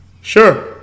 Sure